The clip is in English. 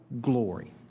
glory